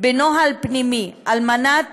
בנוהל פנימי על מנת